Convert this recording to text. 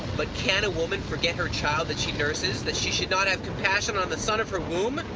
but can a woman forget her child that she nurses, that she should not have compassion on the son of her womb?